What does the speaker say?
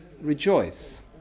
rejoice